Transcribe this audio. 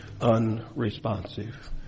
unresponsive